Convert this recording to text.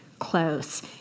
Close